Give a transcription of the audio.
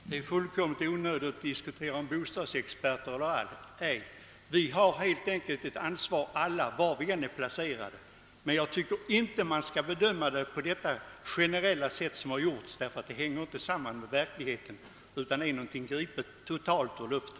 Herr talman! Det är fullkomligt onödigt att diskutera vilka som kan anses som bostadsexperter eller icke bostadsexperter. Vi har helt enkelt alla ett ansvar, var vi än är placerade. Men jag tycker inte man bör bedöma detta ansvar på det generella sätt som här skett, ty det har inget verklighetsunderlag utan är totalt gripet ur luften.